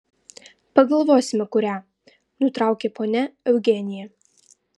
pagalvosime kurią nutraukė ponia eugenija